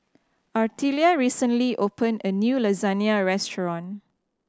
Artelia recently opened a new Lasagna Restaurant